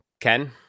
Ken